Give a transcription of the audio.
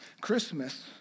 Christmas